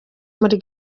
muri